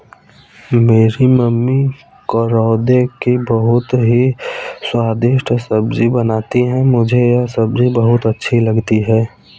मेरी मम्मी करौंदे की बहुत ही स्वादिष्ट सब्जी बनाती हैं मुझे यह सब्जी बहुत अच्छी लगती है